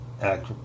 act